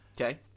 Okay